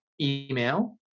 email